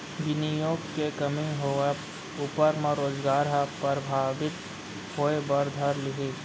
बिनियोग के कमी होवब ऊपर म रोजगार ह परभाबित होय बर धर लिही